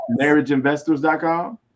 marriageinvestors.com